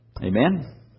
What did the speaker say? Amen